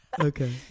okay